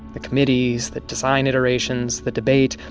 the committees, the design iterations, the debate,